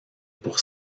pour